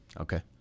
Okay